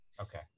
okay